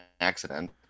accident